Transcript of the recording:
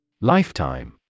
Lifetime